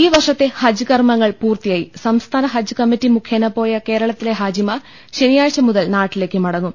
ഈ വർഷത്തെ ഹജ്ജ് കർമ്മങ്ങൾ പൂർത്തിയായി സംസ്ഥാന ഹജ്ജ് കമ്മറ്റി മുഖേന പോയ കേരളത്തിലെ ഹാജിമാർ ശനിയാഴ്ച മുതൽ നാട്ടിലേക്ക് മടങ്ങും